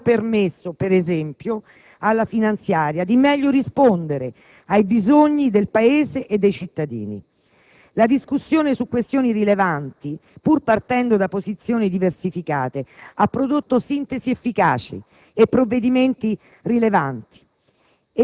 che hanno permesso, per esempio alla finanziaria, di meglio rispondere ai bisogni del Paese e dei cittadini. La discussione su questioni rilevanti, pur partendo da posizioni diversificate ha prodotto sintesi efficaci e provvedimenti rilevanti